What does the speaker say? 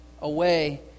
away